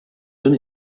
done